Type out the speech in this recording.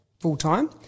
full-time